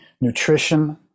nutrition